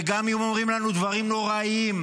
וגם אם אומרים לנו דברים נוראיים,